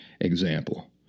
example